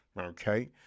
okay